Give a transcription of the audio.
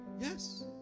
Yes